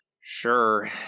sure